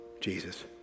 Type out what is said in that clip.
Jesus